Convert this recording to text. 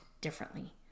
differently